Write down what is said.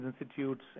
institutes